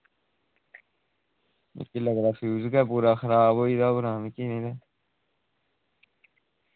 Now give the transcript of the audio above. मिगी लगदा कि फ्यूज़ गै पूरा खराब होई दा के